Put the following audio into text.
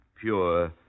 pure